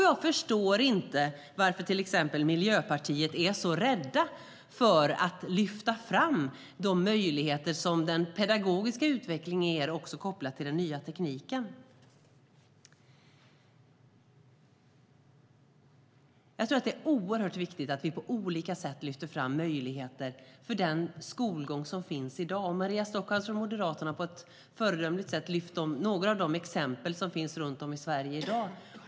Jag förstår inte varför till exempel Miljöpartiet är så rädda för att lyfta fram de möjligheter som den pedagogiska utvecklingen ger kopplat till den nya tekniken. Jag tror också att det är oerhört viktigt att vi på olika sätt lyfter fram möjligheter för den skolgång som finns i dag. Maria Stockhaus från Moderaterna lyfte på ett föredömligt sätt fram några av de exempel som finns runt om i Sverige i dag.